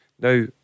Now